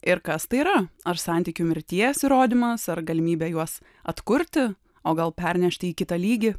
ir kas tai yra ar santykių mirties įrodymas ar galimybė juos atkurti o gal pernešti į kitą lygį